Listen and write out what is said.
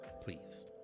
Please